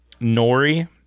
Nori